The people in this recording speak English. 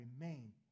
remain